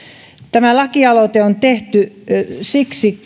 tämä lakialoite on tehty siksi